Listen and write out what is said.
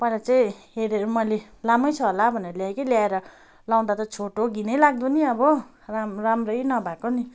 पर्दो चाहिँ हेरेर मैले लामै छ होला भनेर ल्याए कि ल्याएर लगाउँदा त छोटो घिनै लाग्दो नि अब राम्रै नभएको नि